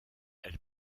elle